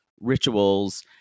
rituals